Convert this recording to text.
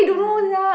ya